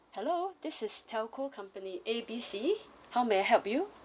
hello this is telco company A B C how may I help you